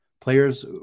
players